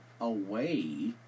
away